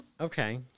Okay